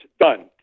Done